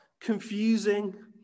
confusing